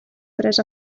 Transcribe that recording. pres